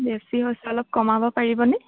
বেছি হৈছে অলপ কমাব পাৰিবনে